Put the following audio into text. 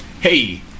hey